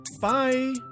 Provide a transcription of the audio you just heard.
bye